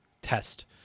test